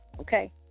Okay